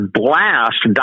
blast